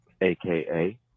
aka